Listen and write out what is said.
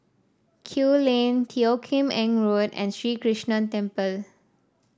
Kew Lane Teo Kim Eng Road and Sri Krishnan Temple